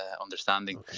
understanding